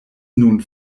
nun